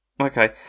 Okay